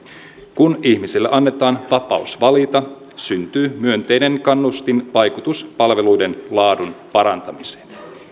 kun ihmiselle annetaan vapaus valita syntyy myönteinen kannustinvaikutus palveluiden laadun parantamiseen